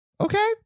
okay